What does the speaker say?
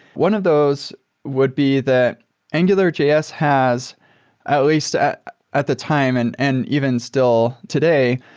one of those would be that angularjs has at least at at the time and and even still today,